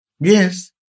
yes